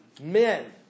men